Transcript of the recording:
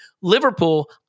Liverpool